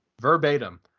verbatim